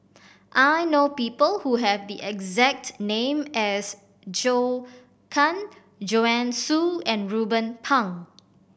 I know people who have the exact name as Zhou Can Joanne Soo and Ruben Pang